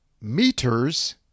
meters